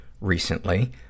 recently